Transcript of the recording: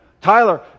Tyler